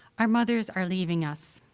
our mothers are leaving us.